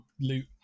loot